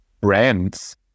brands